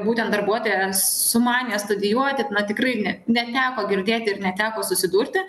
būtent darbuotojas sumanė studijuoti tikrai ne neteko girdėti ir neteko susidurti